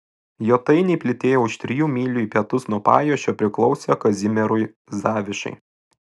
jotainiai plytėję už trijų mylių į pietus nuo pajuosčio priklausė kazimierui zavišai